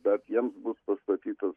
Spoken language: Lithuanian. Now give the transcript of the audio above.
bet jiems bus pastatytas